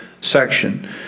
section